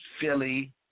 Philly